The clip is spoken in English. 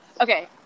Okay